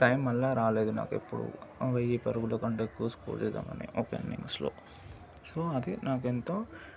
time మళ్ళీ రాలేదు నాకు ఎప్పుడూ వేయి పరుగుల కంటే ఎక్కువ స్కోర్ చేద్దామని ఒక ఇన్నింగ్స్లో సో అది నాకు ఎంతో